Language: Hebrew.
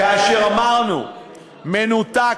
כאשר אמרנו "מנותק",